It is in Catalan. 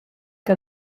que